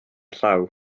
llaw